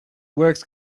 works